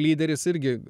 lyderis irgi